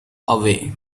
away